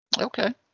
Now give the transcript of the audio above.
Okay